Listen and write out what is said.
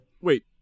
wait